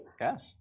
Yes